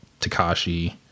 Takashi